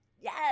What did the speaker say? Yes